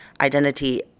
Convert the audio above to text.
identity